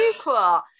cool